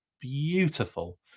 beautiful